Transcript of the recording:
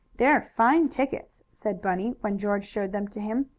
they're fine tickets, said bunny, when george showed them to him.